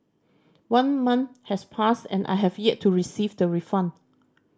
one month has passed and I have yet to receive the refund